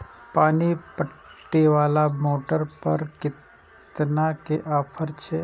पानी पटवेवाला मोटर पर केतना के ऑफर छे?